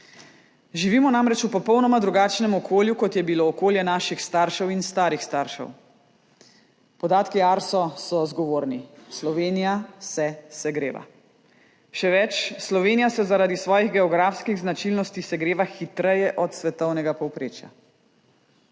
Živimo namreč v popolnoma drugačnem okolju, kot je bilo okolje naših staršev in starih staršev. Podatki Arsa so zgovorni – Slovenija se segreva. Še več, Slovenija se zaradi svojih geografskih značilnosti segreva hitreje od svetovnega povprečja.